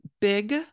big